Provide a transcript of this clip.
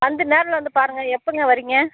வந்து நேரில் வந்து பாருங்கள் எப்போங்க வர்றீங்க